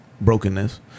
brokenness